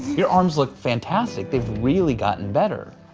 your arms look fantastic. they've really gotten better.